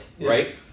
right